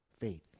faith